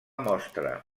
mostra